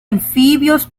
anfibios